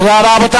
תודה רבה.